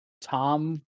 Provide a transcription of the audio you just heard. Tom